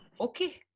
okay